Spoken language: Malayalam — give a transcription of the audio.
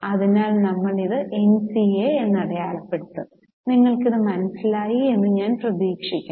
അതിനാൽ നമ്മൾ ഇത് എൻസിഎ എന്ന് അടയാളപ്പെടുത്തും നിങ്ങൾക്കത് മനസിലായി എന്ന് ഞാൻ പ്രതീക്ഷിക്കുന്നു